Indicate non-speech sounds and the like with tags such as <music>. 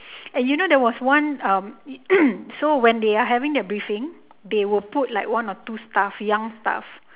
and you there was one um <coughs> so when they are having their briefing they will put like one or two staff young staff